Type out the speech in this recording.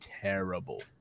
terrible